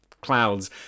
clouds